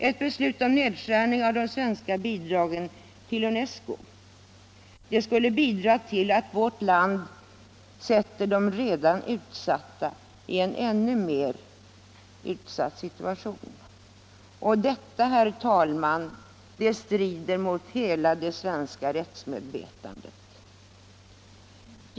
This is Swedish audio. Ett beslut om nedskärning av de svenska bidragen till UNESCO skulle medverka till att vårt land försätter de redan utsatta i en ännv mer utsatt situation. Detta, herr talman, strider mot hela det svenska rättsmedvetandet.